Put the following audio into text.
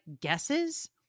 guesses